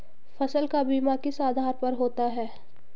फसल का बीमा किस आधार पर होता है?